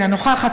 אינה נוכחת,